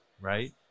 right